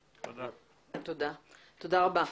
תודה רבה.